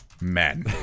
men